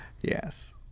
Yes